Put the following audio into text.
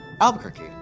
Albuquerque